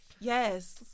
yes